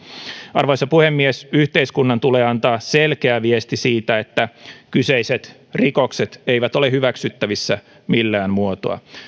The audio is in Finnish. arvoisa puhemies yhteiskunnan tulee antaa selkeä viesti siitä että kyseiset rikokset eivät ole hyväksyttävissä millään muotoa